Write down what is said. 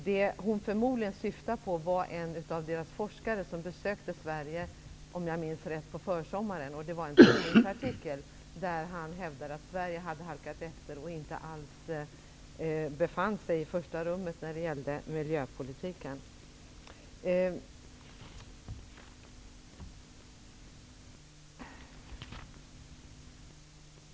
Det hon förmodligen syftade på var en artikel skriven av en av deras forskare som, om jag minns rätt, besökte Sverige på försommaren. Han hävdade där att Sverige hade halkat efter och inte alls befann sig i första rummet när det gällde miljöpolitiken.